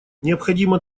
необходимо